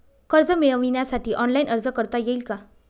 कर्ज मिळविण्यासाठी ऑनलाइन अर्ज करता येईल का?